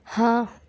हाँ